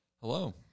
Hello